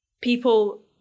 people